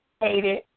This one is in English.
hated